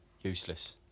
Useless